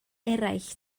eraill